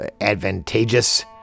advantageous